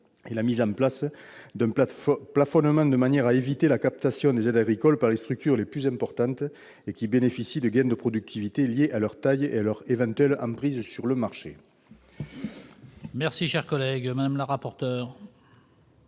et la mise en place d'un plafonnement, de manière à éviter la captation des aides agricoles par les structures les plus importantes, qui bénéficient de gains de productivité liés à leur taille et à leur éventuelle emprise sur le marché. Quel est l'avis de la commission